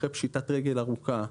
אחרי פשיטת רגל ארוכה,